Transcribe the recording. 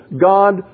God